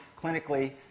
clinically